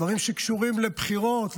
דברים שקשורים לבחירות,